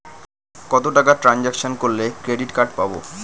কত টাকা ট্রানজেকশন করলে ক্রেডিট কার্ড পাবো?